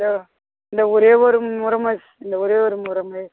தோ இந்த ஒரே ஒரு முறை மிஸ் இந்த ஒரே ஒரு முறை மிஸ்